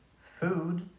food